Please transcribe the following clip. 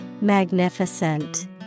magnificent